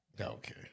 Okay